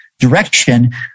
Direction